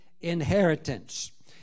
inheritance